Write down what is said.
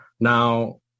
Now